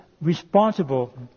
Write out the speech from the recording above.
responsible